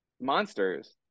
monsters